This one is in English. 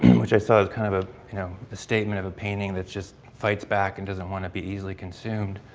which i saw is kind of ah you know the statement of a painting that just fights back and doesn't wanna be easily consumed.